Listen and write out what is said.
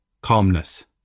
calmness